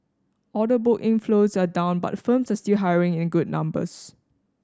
order book inflows are down but firms are still hiring in good numbers